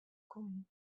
kommen